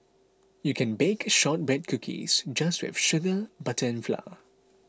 you can bake Shortbread Cookies just with sugar butter and flour